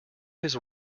his